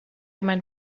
might